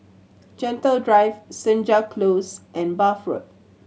Gentle Drive Senja Close and Bath Road